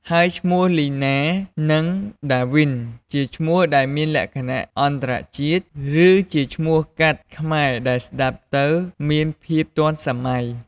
ហើយឈ្មោះលីណានិងដាវីន ជាឈ្មោះដែលមានលក្ខណៈអន្តរជាតិ ឬជាឈ្មោះកាត់ខ្មែរដែលស្តាប់ទៅមានភាពទាន់សម័យ។